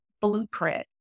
Blueprint